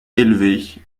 élevée